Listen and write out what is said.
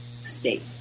state